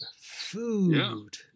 Food